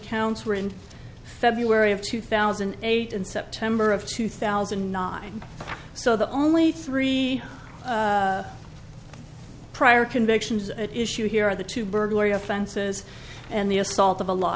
counts were in february of two thousand and eight in september of two thousand and nine so the only three prior convictions at issue here are the two burglary offenses and the assault of a law